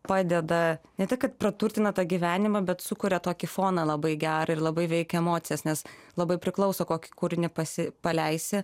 padeda ne tik kad praturtina tą gyvenimą bet sukuria tokį foną labai gerą ir labai veikia emocijas nes labai priklauso kokį kūrinį pasi paleisi